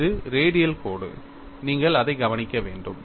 இது ரேடியல் கோடு நீங்கள் அதை கவனிக்க வேண்டும்